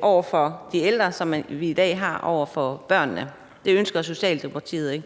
over for de ældre, som vi har i dag over for børnene. Ønsker Socialdemokratiet